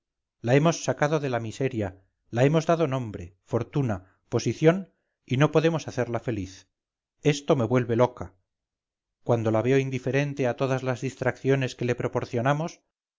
la hemos sacado de la miseria la hemos dado nombre fortuna posición y no podemos hacerla feliz esto me vuelve loca cuando la veo indiferente a todas las distracciones que le proporcionamos